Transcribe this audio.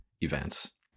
events